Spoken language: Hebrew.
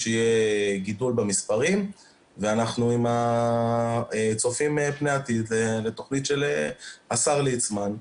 שיהיה גידול במספרים ואנחנו צופים פני עתיד לתכנית של השר ליצמן,